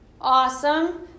awesome